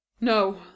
No